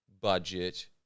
budget